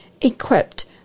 equipped